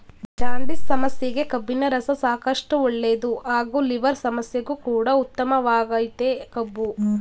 jaundice ಸಮಸ್ಯೆಗೆ ಕಬ್ಬಿನರಸ ಸಾಕಷ್ಟು ಒಳ್ಳೇದು ಹಾಗೂ ಲಿವರ್ ಸಮಸ್ಯೆಗು ಕೂಡ ಉತ್ತಮವಾಗಯ್ತೆ ಕಬ್ಬು